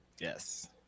Yes